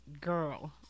girl